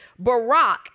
Barack